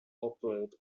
operate